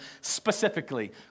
specifically